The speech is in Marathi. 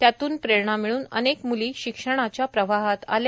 त्यातून प्रेरणा मिळून अनेक म्ली शिक्षणाच्या प्रवाहात आल्या